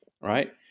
right